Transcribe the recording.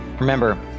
Remember